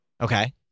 okay